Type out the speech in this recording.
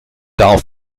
darf